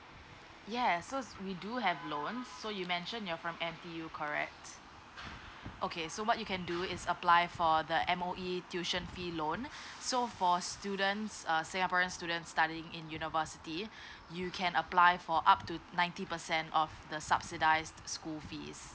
yes so we do have loan so you mention your from N_T_U correct okay so what you can do is apply for the M_O_E tuition fee loan so for students err singaporean students studying in university you can apply for up to ninety percent of the subsidised school fees